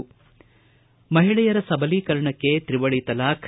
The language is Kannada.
ದೇಶದ ಮಹಿಳೆಯರ ಸಬಲೀಕರಣಕ್ಕೆ ತ್ರಿವಳಿ ತಲಾಖ್